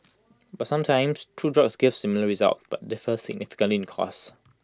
but sometimes two drugs give similar results but differ significantly in costs